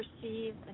perceive